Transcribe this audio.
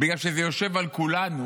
בגלל שזה יושב על כולנו,